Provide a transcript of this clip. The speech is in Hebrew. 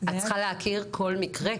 את צריכה להכיר כל מקרה.